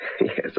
Yes